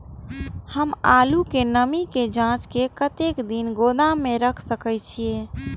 हम आलू के नमी के जाँच के कतेक दिन गोदाम में रख सके छीए?